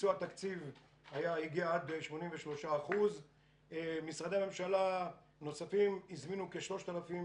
וביצוע התקציב הגיע עד 83%. משרדי ממשלה נוספים הזמינו כ-3,000